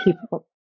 people